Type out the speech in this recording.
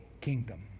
kingdom